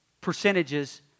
percentages